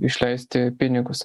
išleisti pinigus